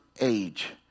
age